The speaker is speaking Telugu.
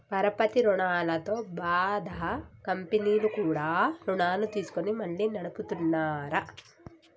పరపతి రుణాలతో బాధ కంపెనీలు కూడా రుణాలు తీసుకొని మళ్లీ నడుపుతున్నార